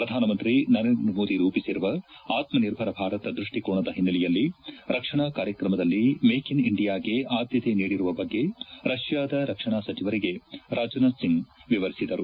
ಪ್ರಧಾನಮಂತ್ರಿ ನರೇಂದ್ರಮೋದಿ ರೂಪಿಸಿರುವ ಆತ್ಮನಿರ್ಭರ ಭಾರತ್ ದೃಷ್ಷಿಕೋನದ ಹಿನ್ನೆಲೆಯಲ್ಲಿ ರಕ್ಷಣಾ ಕಾರ್ಯಕ್ರಮದಲ್ಲಿ ಮೇಕ್ ಇನ್ ಇಂಡಿಯಾಗೆ ಆದ್ಲತೆ ನೀಡಿರುವ ಬಗ್ಗೆ ರಷ್ನಾದ ರಕ್ಷಣಾ ಸಚಿವರಿಗೆ ರಾಜನಾಥ್ ಸಿಂಗ್ ವಿವರಿಸಿದರು